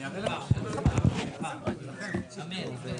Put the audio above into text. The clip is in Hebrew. אני אף פעם לא מגביל